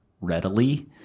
readily